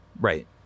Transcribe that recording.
Right